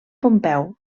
pompeu